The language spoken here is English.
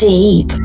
Deep